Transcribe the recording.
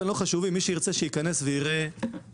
היום